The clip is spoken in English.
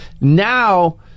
Now